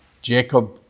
Jacob